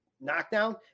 knockdown